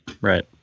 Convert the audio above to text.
Right